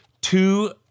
two